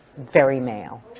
very male.